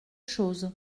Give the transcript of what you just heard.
chose